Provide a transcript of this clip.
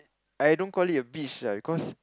I don't call it a beast lah because